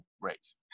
race